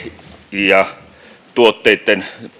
ja tietysti myös tuotteiden